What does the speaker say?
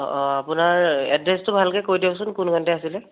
অ অ আপোনাৰ এড্ৰেছটো ভালকৈ কৈ দিয়কচোন কোনখিনিতে আছিলে